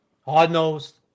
Hard-nosed